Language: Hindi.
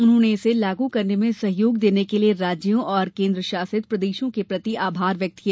उन्होंने इसे लागू करने में सहयोग देने के लिये राज्यों और केन्द्रशासित प्रदेशों के प्रति आभार व्यक्त किया